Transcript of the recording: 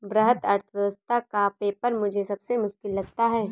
वृहत अर्थशास्त्र का पेपर मुझे सबसे मुश्किल लगता है